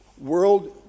world